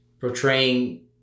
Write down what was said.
portraying